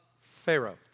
Pharaoh